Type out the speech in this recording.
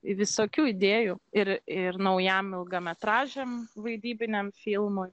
visokių idėjų ir ir naujam ilgametražiam vaidybiniam filmui